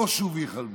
בושו והיכלמו.